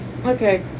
okay